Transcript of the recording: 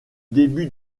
début